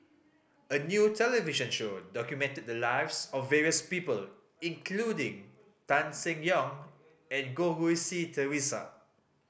a new television show documented the lives of various people including Tan Seng Yong and Goh Rui Si Theresa